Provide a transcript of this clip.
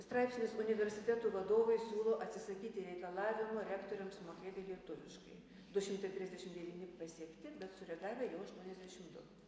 straipsnis universitetų vadovai siūlo atsisakyti reikalavimo rektoriams mokėti lietuviškai du šimtai trisdešim devyni pasiekti bet sureagavę jau žmonės dvidešim du